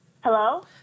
Hello